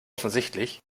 offensichtlich